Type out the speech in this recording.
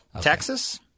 Texas